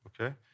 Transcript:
okay